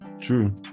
true